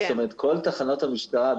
כל תחנות המשטרה,